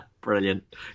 Brilliant